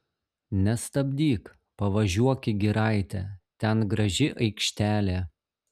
nestabdyk pavažiuok į giraitę ten graži aikštelė